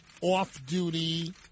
off-duty